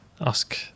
ask